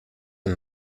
een